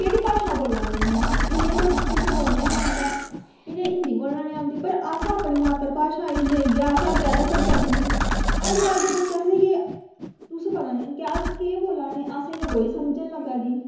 केह्ड़ी भाशा बोला दे न एह् इ'नें गी ते कुछ बोलना गै निं औंदा इ'नें गी हिन्दी बोलना निं औंदी पर अस अपनी मात्तर भाशा गी लेइयै अग्गै तक्कर चलने अजकल्ल दे बच्चे आखदे इ'यै तुस पका निं केह् बोला न असें गी ते कोई समझ निं लग्गा दी